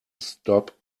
stop